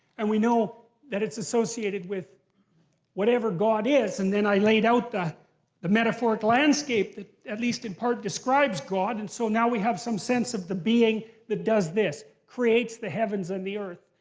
and we know that it's associated with whatever god is. and then i laid the the metaphoric landscape that, at least in part, describes god. and so now we have some sense of the being that does this creates the heavens and the earth.